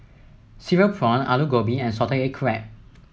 Cereal prawn Aloo Gobi and Salted Egg Crab